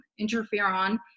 interferon